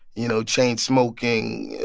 you know, chain smoking